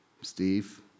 Steve